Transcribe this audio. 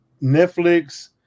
Netflix